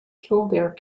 kildare